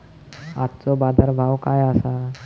आजचो बाजार भाव काय आसा?